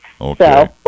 Okay